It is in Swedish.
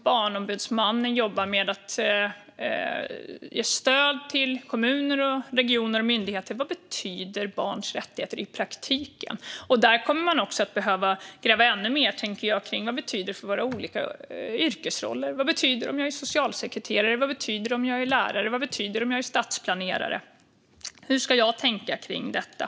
Barnombudsmannen jobbar även med att ge stöd till kommuner, regioner och myndigheter i fråga om vad barns rättigheter betyder i praktiken. Jag tänker att man även där kommer att behöva gräva ännu mer i vad det betyder för våra olika yrkesroller. Vad betyder det om jag är socialsekreterare? Vad betyder det om jag är lärare? Vad betyder det om jag är stadsplanerare? Hur ska jag tänka kring detta?